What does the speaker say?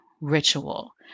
ritual